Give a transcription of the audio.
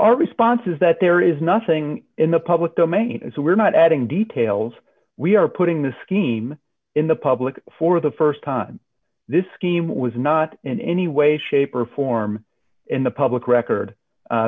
our response is that there is nothing in the public domain and so we're not adding details we are putting the scheme in the public for the st time this scheme was not in any way shape or form in the public record